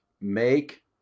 make